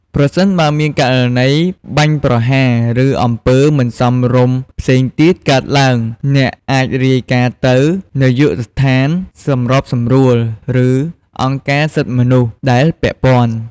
ប្រសិនបើមានករណីបាញ់ប្រហារ ឬអំពើមិនសមរម្យផ្សេងទៀត កើតឡើង អ្នកអាចរាយការណ៍ទៅ នាយកដ្ឋានសម្របសម្រួល ឬអង្គការសិទ្ធិមនុស្ស ដែលពាក់ព័ន្ធ។